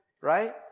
right